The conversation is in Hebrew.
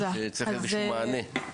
צריך איזשהו מענה.